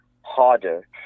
harder